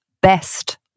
best